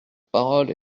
parole